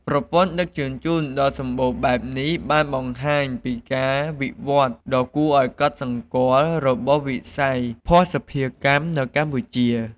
ប្រព័ន្ធដឹកជញ្ជូនដ៏សម្បូរបែបនេះបានបង្ហាញពីការវិវត្តន៍ដ៏គួរឱ្យកត់សម្គាល់របស់វិស័យភស្តុភារកម្មនៅកម្ពុជា។